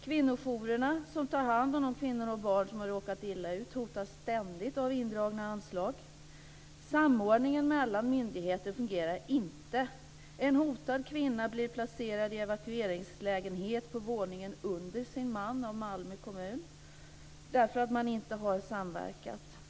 Kvinnojourerna, som tar hand om de kvinnor och barn som har råkat illa ut, hotas ständigt av indragna anslag. Samordningen mellan myndigheter fungerar inte. En hotad kvinna har av Malmö kommun blivit placerad i en evakueringslägenhet på våningen under sin man därför att man inte har samverkat.